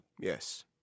Yes